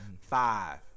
Five